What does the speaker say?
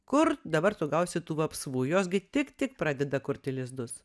kur dabar tu gausi tų vapsvų jos gi tik tik pradeda kurti lizdus